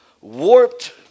warped